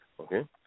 Okay